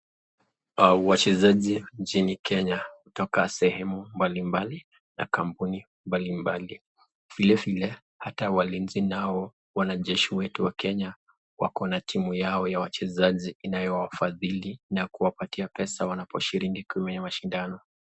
Wachezaji nchini Kenya kutoka sehemu mbalimbali na kampuni mbalimbali, vile vile hata walinzi nao wanajeshi wetu wa Kenya, wako na timu yao ya wachezaji inayo wafadhili na kuwapatia pesa wanaposhiriki kwenye mashindano.